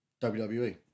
WWE